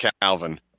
Calvin